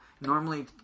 normally